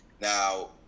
Now